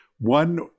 one